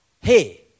hey